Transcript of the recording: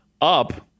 up